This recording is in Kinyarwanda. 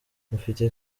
mufti